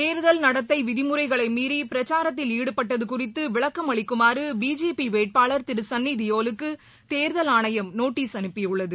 தேர்தல் நடத்தை விதிமுறைகளை மீறி பிரச்சாரத்தில் ஈடுபட்டது குறித்து விளக்கம் அளிக்குமாறு பிஜேபி வேட்பாளர் திரு சன்னிதியோலுக்கு தேர்தல் ஆணையம் நோட்டீஸ் அனுப்பியுள்ளது